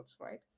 right